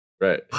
Right